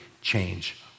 change